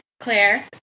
Claire